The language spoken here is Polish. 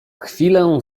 chwilę